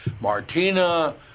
Martina